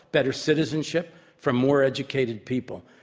better citizenship for more educated people.